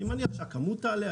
אני מניח שהכמות תעלה,